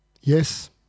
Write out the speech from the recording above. Yes